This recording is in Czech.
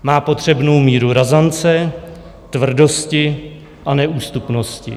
Má potřebnou míru razance, tvrdosti a neústupnosti.